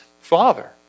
father